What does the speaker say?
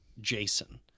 Jason